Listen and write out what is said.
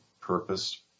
purpose